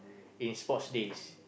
in sports days